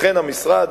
לכן המשרד